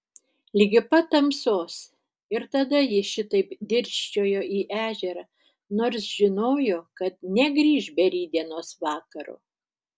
ligi pat tamsos ir tada ji šitaip dirsčiojo į ežerą nors žinojo kad negrįš be rytdienos vakaro